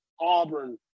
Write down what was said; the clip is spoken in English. Auburn